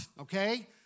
Okay